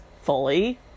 fully